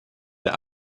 der